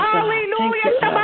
Hallelujah